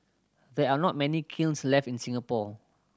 there are not many kilns left in Singapore